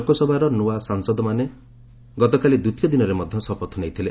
ଲୋକସଭାର ନୂଆ ସାଂସଦମାନେ ଗତକାଲି ଦ୍ୱିତୀୟ ଦିନରେ ମଧ୍ୟ ଶପଥ ନେଇଥିଲେ